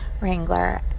Wrangler